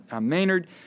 Maynard